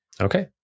Okay